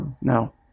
no